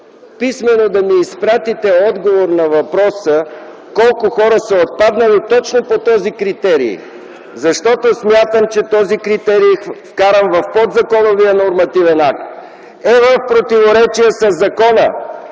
писмено да ми изпратите отговор на въпроса: колко хора са отпаднали точно по този критерии? Смятам, че този критерий, вкаран в подзаконовия нормативен акт, е в противоречие със закона,